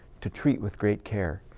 to treat with great care.